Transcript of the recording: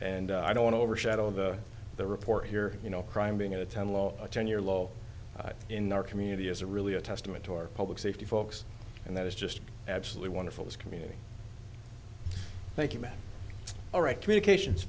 and i don't want to overshadow the report here you know crime being atenolol a ten year low in our community is a really a testament to our public safety folks and that is just absolutely wonderful this community thank you ma'am all right communications